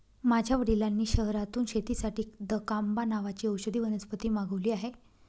माझ्या वडिलांनी शहरातून शेतीसाठी दकांबा नावाची औषधी वनस्पती मागवली आहे